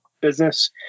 business